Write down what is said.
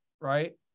right